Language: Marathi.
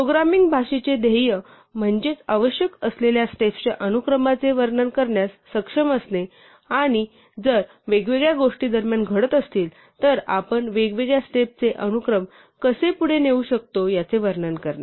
प्रोग्रामिंग भाषेचे ध्येय म्हणजे आवश्यक असलेल्या स्टेप्सच्या अनुक्रमाचे वर्णन करण्यास सक्षम असणे आणि जर वेगवेगळ्या गोष्टी दरम्यान घडत असतील तर आपण वेगवेगळ्या स्टेप्सचे अनुक्रम कसे पुढे नेऊ शकतो याचे वर्णन करणे